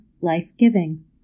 life-giving